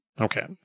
Okay